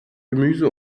gemüse